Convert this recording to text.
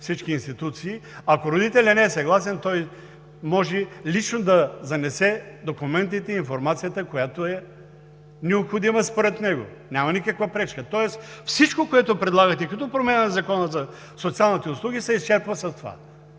всички институции, ако родителят не е съгласен, той може лично да занесе документите, информацията, която е необходима според него. Няма никаква пречка! Тоест всичко, което предлагате като промяна в Закона за социалните услуги, се изчерпва с това.